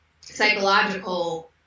psychological